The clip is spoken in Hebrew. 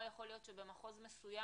לא יכול להיות שבמחוז מסוים,